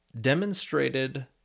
demonstrated